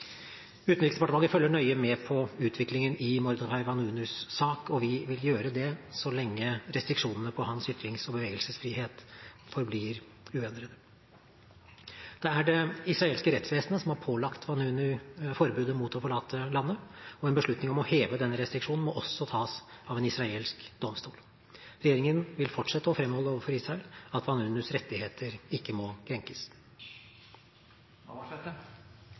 Utenriksdepartementet følger nøye med på utviklingen i Mordechai Vanunus sak, og vi vil gjøre det så lenge restriksjonene på hans ytrings- og bevegelsesfrihet forblir uendret. Det er det israelske rettsvesenet som har pålagt Vanunu forbudet mot å forlate landet, og også en beslutning om å heve den restriksjonen må tas av en israelsk domstol. Regjeringen vil fortsette å fremholde overfor Israel at Vanunus rettigheter ikke må krenkes.